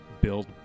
build